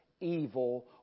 evil